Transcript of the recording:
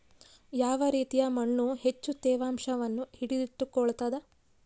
ಯಾವ ರೇತಿಯ ಮಣ್ಣು ಹೆಚ್ಚು ತೇವಾಂಶವನ್ನು ಹಿಡಿದಿಟ್ಟುಕೊಳ್ತದ?